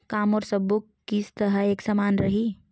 का मोर सबो किस्त ह एक समान रहि?